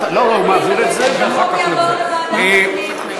לא, הוא מעביר את זה ואחר כך, אני מבקשת